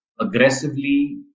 aggressively